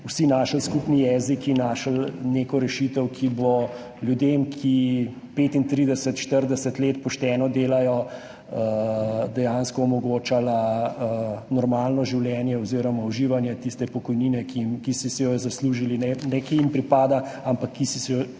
vsi našli skupni jezik in našli neko rešitev, ki bo ljudem, ki 35, 40 let pošteno delajo, dejansko omogočala normalno življenje oziroma uživanje tiste pokojnine, ki so si jo zaslužili, ne ki jim pripada, ampak ki so si jo